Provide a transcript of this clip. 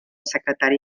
secretari